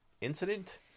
incident